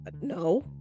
no